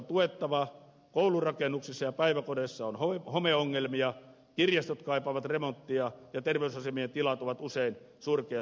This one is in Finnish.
koulurakennuksissa ja päiväkodeissa on homeongelmia kirjastot kaipaavat remonttia ja terveysasemien tilat ovat usein surkeassa kunnossa